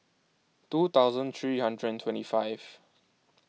two thousand three hundred twenty five